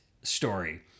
story